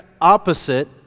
opposite